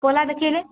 ପଲା ଦେଖାଇଲେ